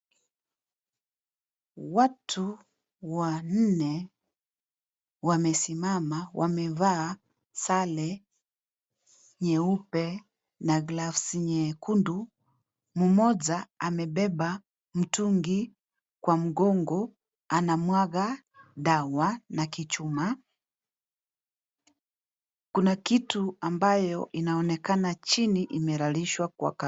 Watu wanne wamesimama wamevaa sare nyeupe, na gloves nyekundu. Mmoja amebeba mtungi kwa mgongo, anamwaga dawa na kichuma. Kuna kitu ambayo inaonekana chini imelalishwa kwa kaba.